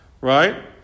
Right